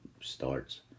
starts